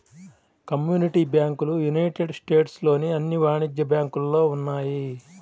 community బ్యాంకులు United States లోని అన్ని వాణిజ్య బ్యాంకులలో ఉన్నాయి